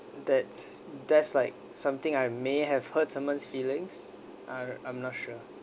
that's that's like something I may have hurt someone's feelings I'm I'm not sure